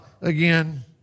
again